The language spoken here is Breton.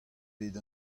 bet